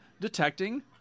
detecting